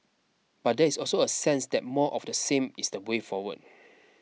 but there is also a sense that more of the same is the way forward